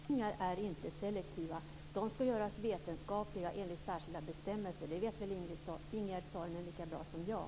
Fru talman! Miljökonsekvensbeskrivningar är inte selektiva. De ska göras vetenskapligt enligt särskilda bestämmelser. Det vet väl Ingegerd Saarinen lika bra som jag?